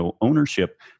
ownership